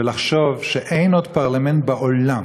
ולחשוב שאין עוד פרלמנט בעולם,